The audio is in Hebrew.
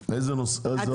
מה עוד?